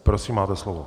Prosím, máte slovo.